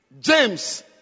James